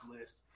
list